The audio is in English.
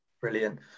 Brilliant